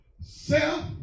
self